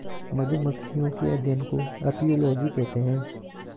मधुमक्खियों के अध्ययन को अपियोलोजी कहते हैं